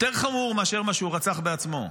יותר חמור מאשר שהוא רצח בעצמו,